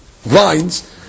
vines